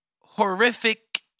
horrific